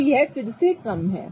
तो यह फिर से कम है